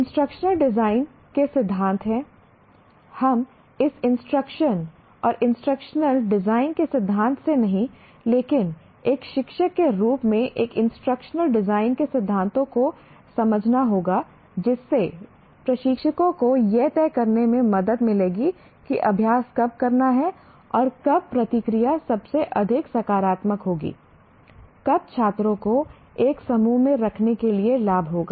instructional design के सिद्धांत हैं हम इस इंस्ट्रक्शन और इंस्ट्रक्शनल डिजाइन के सिद्धांत से नहीं लेकिन एक शिक्षक के रूप में एक इंस्ट्रक्शनल डिजाइन के सिद्धांतों को समझना होगा जिससे प्रशिक्षकों को यह तय करने में मदद मिलेगी कि अभ्यास कब करना है और कब प्रतिक्रिया सबसे अधिक सकारात्मक होगी कब छात्रों को एक समूह में रखने के लिए लाभ होगा